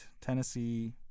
Tennessee